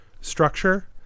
structure